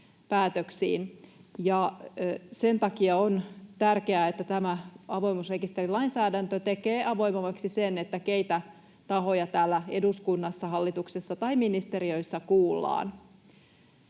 sen takia on tärkeää, että tämä avoimuusrekisterilainsäädäntö tekee avoimemmaksi sen, keitä tahoja täällä eduskunnassa, hallituksessa tai ministeriöissä kuullaan.